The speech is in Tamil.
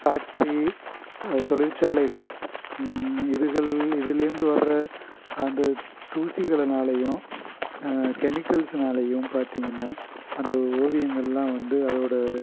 ஃபேக்ட்ரி த தொழிற்சாலைகள் இதுகள் இதிலேந்து வர அந்த தூசிகளுனாலையும் கெமிக்கல்ஸ்னாலையும் பார்த்திங்கனா அந்த ஓவியங்களெலாம் வந்து அதோடய